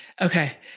okay